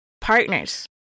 partners